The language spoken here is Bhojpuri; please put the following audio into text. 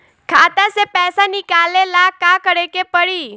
खाता से पैसा निकाले ला का करे के पड़ी?